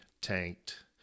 tanked